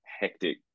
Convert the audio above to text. hectic